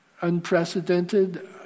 unprecedented